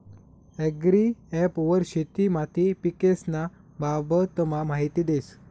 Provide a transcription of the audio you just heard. agri app वर शेती माती पीकेस्न्या बाबतमा माहिती देस